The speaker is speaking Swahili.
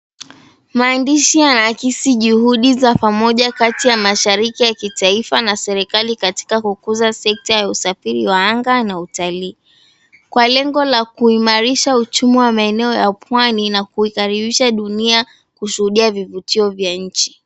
Maandishi yanaakisi juhudi za pamoja kati ya mashiriki ya kitaifa na serikali katika kukuza sekta ya usafiri wa anga na utalii, kwa lengo la kuimarisha uchumi wa maeneo ya pwani na kuitharuyusha dunia kushuhudia vivutio vya nchi.